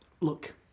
look